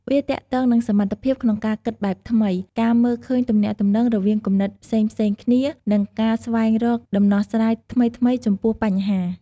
វាទាក់ទងនឹងសមត្ថភាពក្នុងការគិតបែបថ្មី ការមើលឃើញទំនាក់ទំនងរវាងគំនិតផ្សេងៗគ្នា និងការស្វែងរកដំណោះស្រាយថ្មីៗចំពោះបញ្ហា។